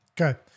okay